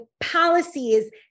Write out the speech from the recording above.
policies